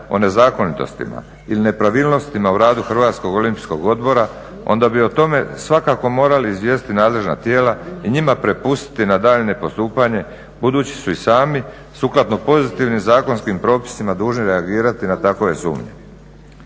o nezakonitostima ili nepravilnostima u radu Hrvatskog olimpijskog odbora onda bi o tome svakako morali izvijestiti nadležna tijela i njima prepustiti na daljnje postupanje budući su i sami sukladno pozitivnim zakonskim propisima dužni reagirati na takve sumnje.